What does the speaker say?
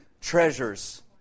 treasures